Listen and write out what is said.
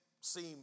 seem